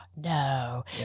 No